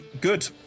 Good